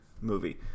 movie